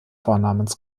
vornamens